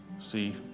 see